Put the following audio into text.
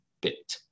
bit